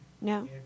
No